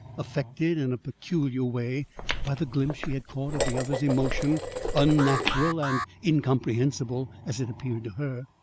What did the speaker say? affected in a peculiar way by the glimpse she had caught of the other's emotion unnatural and incomprehensible as it appeared to her.